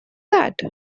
that